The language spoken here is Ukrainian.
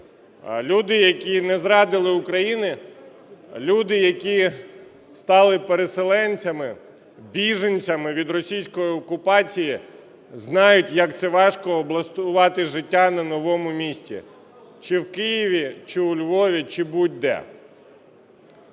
люди, які не зрадили Україні, люди, які стали переселенцями, біженцями від російської окупації знають, як це важко облаштувати життя на новому місці, чи в Києві, чи у Львові, чи будь-де.